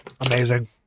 Amazing